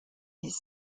his